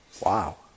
Wow